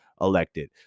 elected